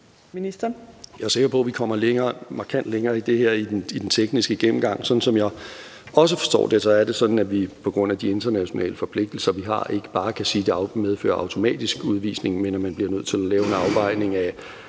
Jeg er sikker på, vi kommer markant længere i det her i den tekniske gennemgang. Som jeg forstår det, er det sådan, at vi på grund af de internationale forpligtelser, vi har, ikke bare kan sige, at det automatisk medfører udvisning, men at man bliver nødt til at lave en afvejning af